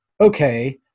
okay